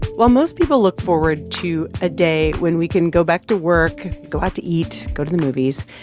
while most people look forward to a day when we can go back to work, go out to eat, go to the movies,